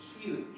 huge